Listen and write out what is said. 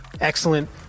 excellent